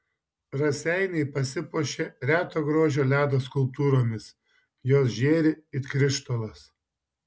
raseiniai pasipuošė reto grožio ledo skulptūromis jos žėri it krištolas